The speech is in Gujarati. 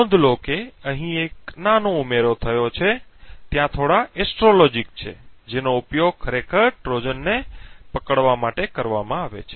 નોંધ લો કે અહીં એક નાનો ઉમેરો થયો છે ત્યાં થોડા એસ્ટ્રોલોજિક છે જેનો ઉપયોગ ખરેખર ટ્રોજનને પકડવા માટે કરવામાં આવે છે